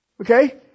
Okay